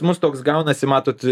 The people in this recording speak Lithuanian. mūs toks gaunasi matot